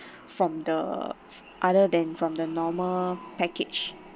from the other than from the normal package